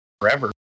forever